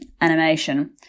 animation